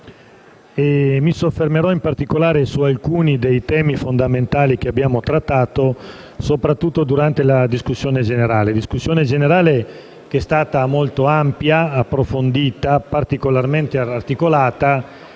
Mi soffermerò in particolare su alcuni dei temi fondamentali che abbiamo trattato, soprattutto durante la discussione generale, che è stata molto ampia, approfondita, particolarmente articolata.